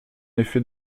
effet